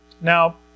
Now